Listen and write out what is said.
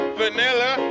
vanilla